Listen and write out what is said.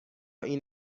این